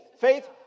Faith